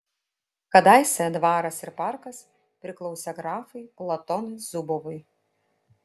kadaise dvaras ir parkas priklausė grafui platonui zubovui